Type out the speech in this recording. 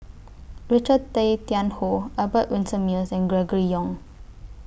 Richard Tay Tian Hoe Albert Winsemius and Gregory Yong